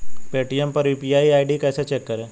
Paytm पर UPI ID कैसे check करें?